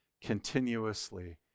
continuously